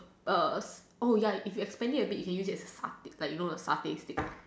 err oh ya if you expand it a bit you can use it as stay you know the satay stick